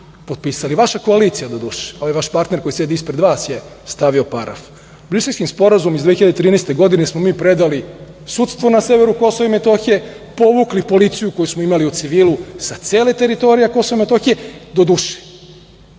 vaša koalicija, ovaj vaš partner koji sedi ispred vas je stavio paraf. Briselskim sporazumom iz 2013. godine smo mi predali sudstvo na severu Kosova i Metohije, povukli policiju koju smo imali u civilu sa cele teritorije KiM. Doduše, da budem